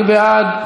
מי בעד?